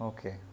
Okay